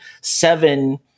seven